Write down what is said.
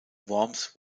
worms